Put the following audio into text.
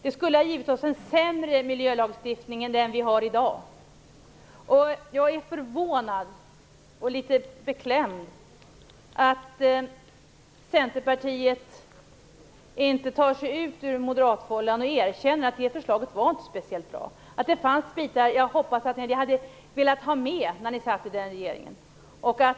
Vi skulle ha fått en sämre miljölagstiftning än vad vi har i dag. Jag är förvånad och litet beklämd över att Centerpartiet inte tar sig ut ur moderatfållan och erkänner att det förslaget inte var speciellt bra. Det finns bitar som jag hoppas att ni hade velat ha med när ni satt i den regeringen.